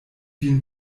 vin